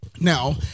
Now